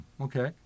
okay